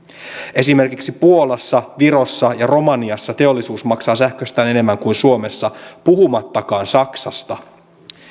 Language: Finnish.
esimerkiksi puolassa virossa ja romaniassa teollisuus maksaa sähköstään enemmän kuin suomessa puhumattakaan saksasta